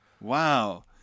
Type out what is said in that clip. wow